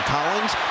Collins